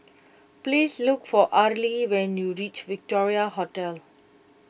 please look for Arly when you reach Victoria Hotel